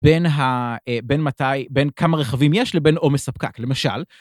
בין כמה רכבים יש לבין עומס הפקק, למשל.